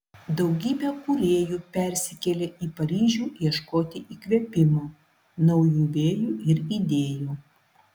daugybė kūrėjų persikėlė į paryžių ieškoti įkvėpimo naujų vėjų ir idėjų